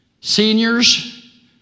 seniors